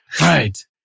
Right